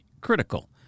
critical